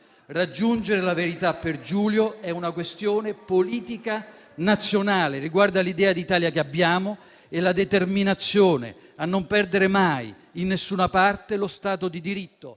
Raggiungere la verità per Giulio è una questione politica nazionale, riguarda l'idea di Italia che abbiamo e la determinazione a non perdere mai, in nessuna parte, lo Stato di diritto,